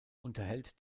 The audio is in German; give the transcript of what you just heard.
unterhält